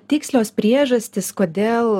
tikslios priežastys kodėl